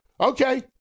okay